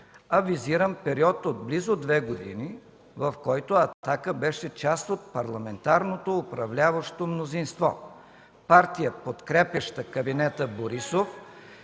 а период от близо две години, в който „Атака” беше част от парламентарното управляващо мнозинство – партия, подкрепяща кабинета Борисов